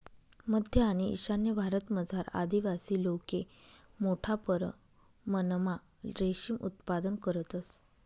मध्य आणि ईशान्य भारतमझार आदिवासी लोके मोठा परमणमा रेशीम उत्पादन करतंस